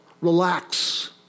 Relax